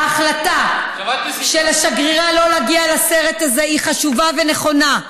ההחלטה של השגרירה שלא להגיע להקרנת הסרט הזה היא חשובה ונכונה,